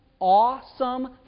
awesome